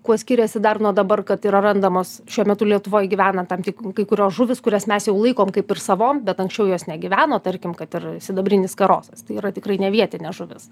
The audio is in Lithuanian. kuo skiriasi dar nuo dabar kad yra randamos šiuo metu lietuvoj gyvena tam tik kai kurios žuvys kurias mes jau laikom kaip ir savom bet anksčiau jos negyveno tarkim kad ir sidabrinis karosas tai yra tikrai nevietinė žuvis